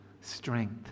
strength